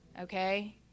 Okay